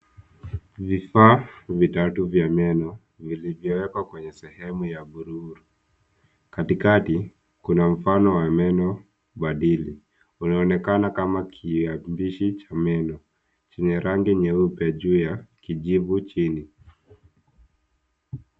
Vifaa vitatu vya meno vilivyowekwa kwenye sehemu ya bluu. Katikati kuna mfano wa meno badili unaonekana kama kiambishi cha meno chenye rangi nyeupe juu ya kijivu chini.